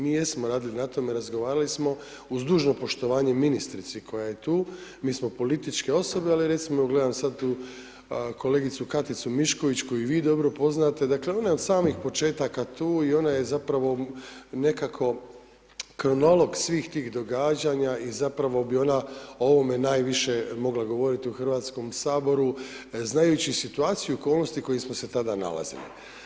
Mi jesmo radili na tome razgovarali smo uz dužno poštovanje ministrice koja je tu, mi smo političke osobe, ali recimo, evo gledam sada tu kolegicu Katicu Mišković, koju vi dobro poznajete, dakle, ona je od samih početaka tu i ona je zapravo nekako kronolog svih tih događanja i zapravo bi ona o ovome najviše mogla govoriti u Hrvatskom saboru, znajući situaciju, okolnosti u kojem smo se tada nalazili.